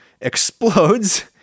explodes